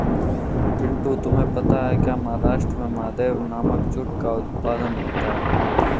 पिंटू तुम्हें पता है महाराष्ट्र में महादेव नामक जूट का उत्पादन होता है